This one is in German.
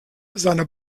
seiner